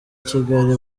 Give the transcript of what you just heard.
kigali